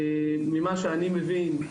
ממה שאני מבין,